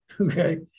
Okay